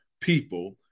people